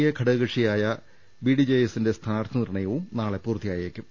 A ഘടകക ക്ഷിയായ ബിഡിജെഎസിന്റെ സ്ഥാനാർത്ഥി നിർണയവും നാളെ പൂർത്തിയായേക്കും